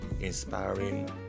inspiring